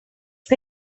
que